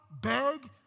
beg